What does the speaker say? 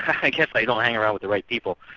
i guess i don't hang around with the right people,